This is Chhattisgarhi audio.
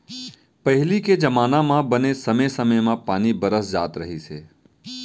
पहिली के जमाना म बने समे समे म पानी बरस जात रहिस हे